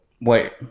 wait